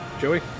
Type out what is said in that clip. Joey